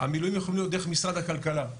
המילואים יכולים להיות דרך משרד הכלכלה,